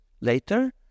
later